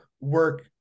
work